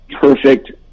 perfect